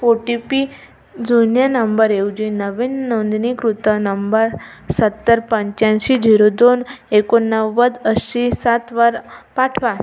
ओ T P जुन्या नंबरऐवजी नवीन नोंदणीकृत नंबर सत्तर पंच्याऐंशी झिरो दोन एकोणनव्वद ऐंशी सातवर पाठवा